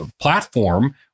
platform